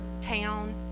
town